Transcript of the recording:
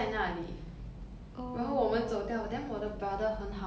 回去 right 回去那边帮我拿 then cause 他帮我拿 right